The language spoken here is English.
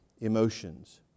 emotions